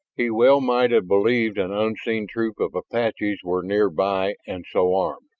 he well might have believed an unseen troop of apaches were near-by and so armed.